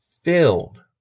filled